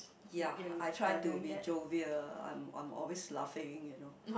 ya I try to be jovial I'm I'm always laughing you know